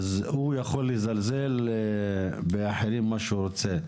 הוא יכול לזלזל באחרים מה שהוא רוצה.